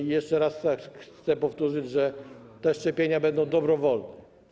I jeszcze raz chcę powtórzyć, że te szczepienia będą dobrowolne.